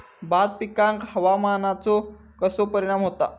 भात पिकांर हवामानाचो कसो परिणाम होता?